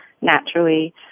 naturally